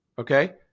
Okay